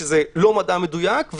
שזה לא מדע מדויק,